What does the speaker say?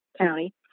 County